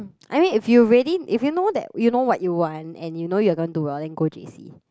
I mean if you really if you know that you know what you want and you know you gonna do well then go J_C